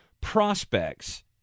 prospects